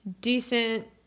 decent